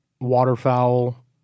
waterfowl